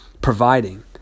providing